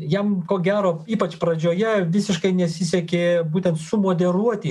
jam ko gero ypač pradžioje visiškai nesisekė būtent sumoderuoti